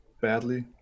badly